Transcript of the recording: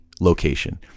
location